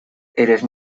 eres